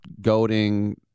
goading